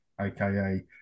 aka